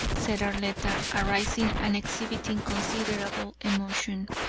said arletta, arising and exhibiting considerable emotion,